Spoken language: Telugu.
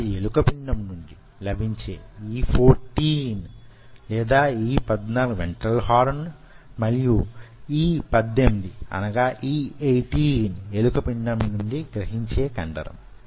అది ఎలుక పిండం నుండి లభించే E14 వెంట్రల్ హార్న్ మరియు E18 ఎలుక పిండం నుంచి గ్రహించే కండరం